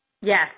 Yes